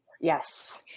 Yes